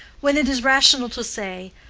when it is rational to say,